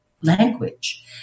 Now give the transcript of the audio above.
language